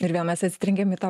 ir vėl mes atsitrenkiam į tą